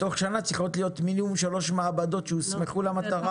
בתוך שנה צריכות להיות מינימום שלוש מעבדות שהוסמכו למטרה.